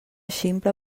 ximple